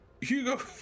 Hugo